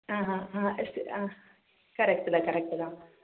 ஆ ஹான் ஆ கரெக்ட்டு தான் கரெக்ட்டு தான்